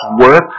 work